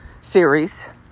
series